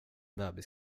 bebis